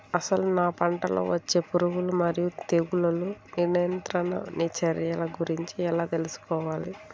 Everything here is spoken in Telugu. అసలు నా పంటలో వచ్చే పురుగులు మరియు తెగులుల నియంత్రణ చర్యల గురించి ఎలా తెలుసుకోవాలి?